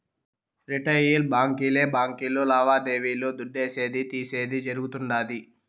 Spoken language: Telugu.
రిటెయిల్ బాంకీలే బాంకీలు లావాదేవీలు దుడ్డిసేది, తీసేది జరగుతుండాది